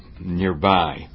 nearby